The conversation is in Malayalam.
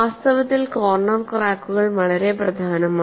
വാസ്തവത്തിൽ കോർണർ ക്രാക്കുകൾ വളരെ പ്രധാനമാണ്